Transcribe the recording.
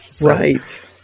right